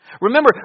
Remember